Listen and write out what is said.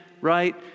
right